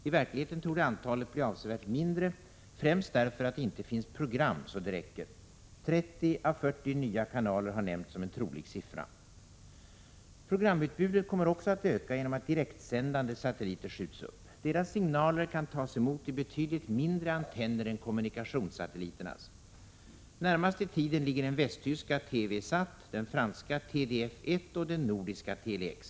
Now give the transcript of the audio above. I verkligheten torde antalet bli avsevärt mindre, främst därför att det inte finns program så det räcker. 30-40 nya kanaler har nämnts som en trolig siffra. Programutbudet kommer också att öka genom att direktsändande satelliter skjuts upp. Deras signaler kan tas emot i betydligt mindre antenner än kommunikationssatelliternas. Närmast i tiden ligger den västtyska TV-Sat, den franska TDF-1 och den nordiska Tele-X.